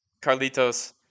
Carlitos